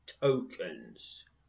tokens